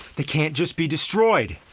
they can't just be destroyed.